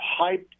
hyped